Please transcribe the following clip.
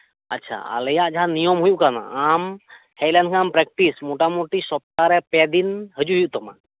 ᱟᱪᱪᱷᱟ ᱟᱞᱮᱭᱟᱜ ᱡᱟᱦᱟᱸ ᱱᱤᱭᱚᱢ ᱦᱩᱭᱩᱜ ᱠᱟᱱᱟ ᱟᱢ ᱦᱮᱡᱞᱮᱱᱠᱷᱟᱱᱮᱢ ᱯᱮᱠᱴᱤᱥ ᱢᱚᱴᱟ ᱢᱚᱴᱤ ᱥᱚᱯᱛᱟᱦᱚᱨᱮ ᱯᱮᱫᱤᱱ ᱦᱤᱡᱩᱜ ᱦᱩᱭᱩᱜ ᱛᱟᱢᱟ